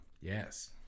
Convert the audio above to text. Yes